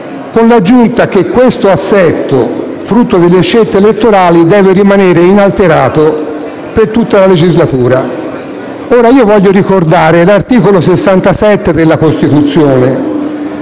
con l'aggiunta che questo assetto, frutto delle scelte elettorali, deve rimanere inalterato per tutta la legislatura. Ora, voglio ricordare l'articolo 67 della Costituzione,